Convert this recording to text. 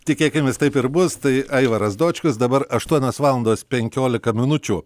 tikėkimės taip ir bus tai aivaras dočkus dabar aštuonios valandos penkiolika minučių